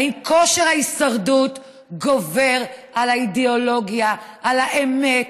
האם כושר ההישרדות גובר על האידיאולוגיה, על האמת,